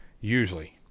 usually